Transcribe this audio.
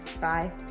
Bye